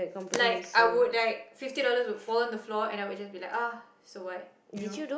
like I would like fifty dollars would fall on the floor and I'll just be like uh so what you know